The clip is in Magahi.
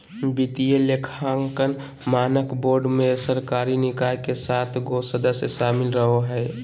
वित्तीय लेखांकन मानक बोर्ड मे सरकारी निकाय के सात गो सदस्य शामिल रहो हय